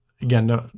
again